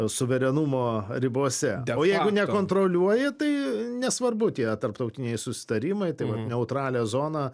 suverenumo ribose o jeigu nekontroliuoji tai nesvarbu tie tarptautiniai susitarimai tai vat neutralią zoną